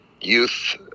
youth